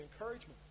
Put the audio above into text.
encouragement